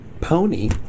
Pony